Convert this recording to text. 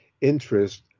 interest